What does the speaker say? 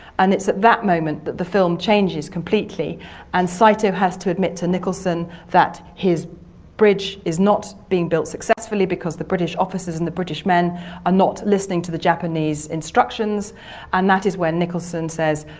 and it's at that moment that the film changes completely and saito has to admit to nicholson that his bridge is not being built successfully because the british officers and the british men are not listening to the japanese instructions and that is where nicholson says,